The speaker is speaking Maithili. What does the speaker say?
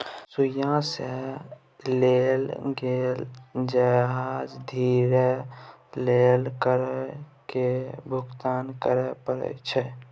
सुइया सँ लए कए जहाज धरि लेल कर केर भुगतान करय परैत छै